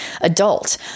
adult